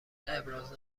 ابراز